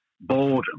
boredom